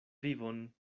vivon